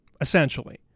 essentially